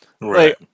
Right